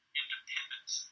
independence